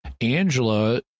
Angela